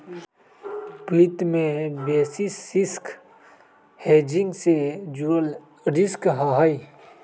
वित्त में basis risk hedging से जुड़ल रिस्क हहई